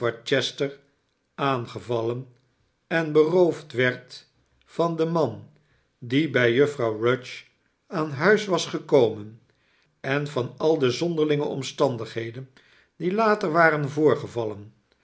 aangevallen en beroofd werd van den man die bij juffrouw rudge aan huis was gekomen en van al de zonderlinge omstandigheden die later waren voorgevallen